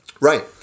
Right